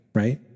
right